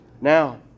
now